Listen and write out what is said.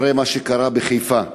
אחרי מה שקרה בחיפה.